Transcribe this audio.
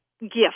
gift